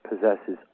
possesses